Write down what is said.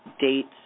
dates